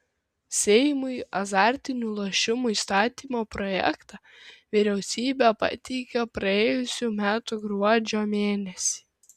seimui azartinių lošimų įstatymo projektą vyriausybė pateikė praėjusių metų gruodžio mėnesį